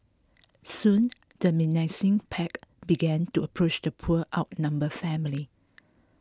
soon the menacing pack began to approach the poor outnumbered family